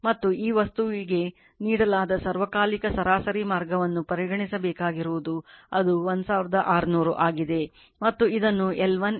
ಮತ್ತು ಈ ವಸ್ತುವಿಗೆ ನೀಡಲಾದ ಸಾರ್ವಕಾಲಿಕ ಸರಾಸರಿ ಮಾರ್ಗವನ್ನು ಪರಿಗಣಿಸಬೇಕಾಗಿರುವುದು ಅದು 1600 ಆಗಿದೆ ಮತ್ತು ಇದನ್ನು L1 L2 √ M21 ಕಂಡುಹಿಡಿಯಬೇಕು